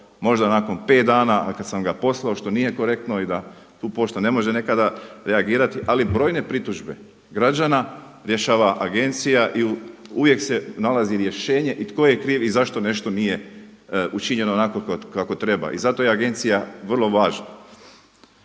možda nakon pet dana, a kada sam ga poslao, što nije korektno i da tu pošta ne može nekada reagirati, ali brojne pritužbe građana rješava agencija i uvijek se nalazi rješenje i tko je kriv i zašto nešto nije učinjeno onako kako treba. I zato je agencija vrlo važna.